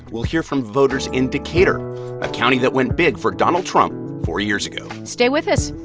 we'll hear from voters in decatur, a county that went big for donald trump four years ago stay with us.